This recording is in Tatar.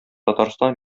татарстан